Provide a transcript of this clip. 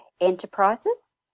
Enterprises